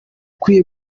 ukwiye